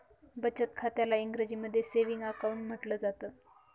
बचत खात्याला इंग्रजीमध्ये सेविंग अकाउंट म्हटलं जातं